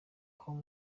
com